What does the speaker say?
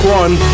one